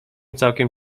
całkiem